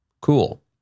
Cool